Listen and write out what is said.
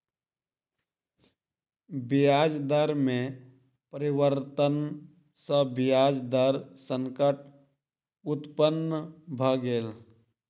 ब्याज दर में परिवर्तन सॅ ब्याज दर संकट उत्पन्न भ गेल